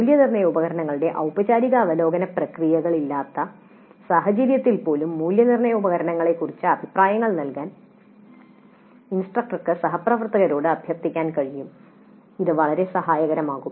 മൂല്യനിർണ്ണയ ഉപകരണങ്ങളുടെ ഔപചാരിക അവലോകന പ്രക്രിയകളില്ലാത്ത സാഹചര്യങ്ങളിൽപ്പോലും മൂല്യനിർണ്ണയ ഉപകരണങ്ങളെക്കുറിച്ച് അഭിപ്രായങ്ങൾ നൽകാൻ ഇൻസ്ട്രക്ടർക്ക് സഹപ്രവർത്തകരോട് അഭ്യർത്ഥിക്കാൻ കഴിയും അത് വളരെ സഹായകരമാകും